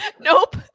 Nope